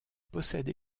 possède